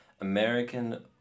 American